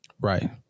Right